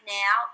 now